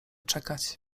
czekać